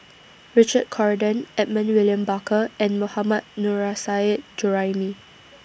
Richard Corridon Edmund William Barker and Mohammad Nurrasyid Juraimi